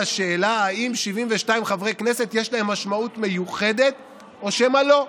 השאלה אם 72 חברי כנסת יש להם משמעות מיוחדת או שמא לא,